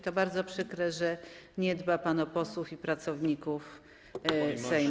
To bardzo przykre, że nie dba pan o posłów i pracowników Sejmu.